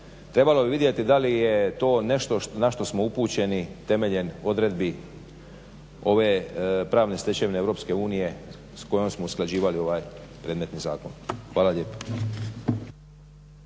trebalo bi vidjeti da li je to nešto na što smo upućeni temeljem odredbi pravne stečevine EU s kojom smo usklađivali ovaj predmetni zakon. Hvala lijepa.